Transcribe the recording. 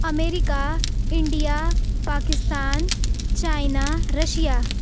America India Pakistan China Russia